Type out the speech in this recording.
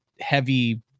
heavy